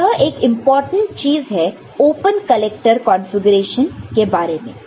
तो यह एक इंपॉर्टेंट चीज है ओपन कलेक्टर कॉन्फ़िगरेशन के बारे में